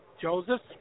Joseph